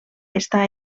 està